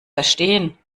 verstehen